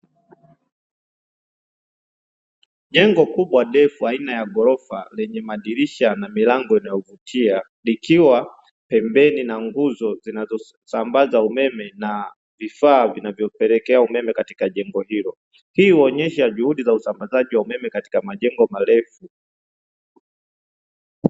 Jengo kubwa refu aina ya ghorofa lenye madirisha na mlango inayovutia, likiwa pembeni na nguzo zinazosambaza umeme na vifaa vinavyopelekea umeme katika jengo hilo. Hii huonyesha juhudi za usambazaji wa umeme katika majengo marefu.